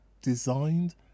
designed